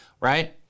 right